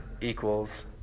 equals